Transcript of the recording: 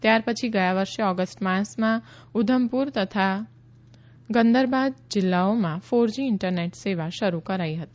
ત્યારપછી ગયા વર્ષે ઓગષ્ટ માસમાં ઉધમપુર તથા ગંદરબાદ જીલ્લાઓમાં ફોર જી ઇનટરનેટ સેવા શરૂ કરાઇ હતી